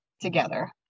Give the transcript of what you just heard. together